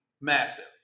Massive